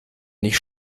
nicht